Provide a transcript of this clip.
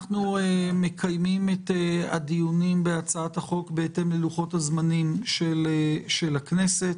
אנחנו מקיימים את הדיונים בהצעת החוק בהתאם ללוחות הזמנים של הכנסת.